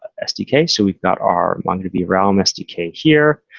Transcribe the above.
sdk. so we've got our mongodb realm sdk here,